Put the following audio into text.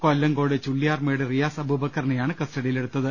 കൊല്ലങ്കോട് ചുള്ളിയാർമേട് റിയാസ് അബൂബക്കറിനെയാണ് കസ്റ്റഡിയിലെടുത്തത്